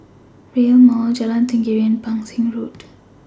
Rail Mall Jalan Tenggiri and Pang Seng Road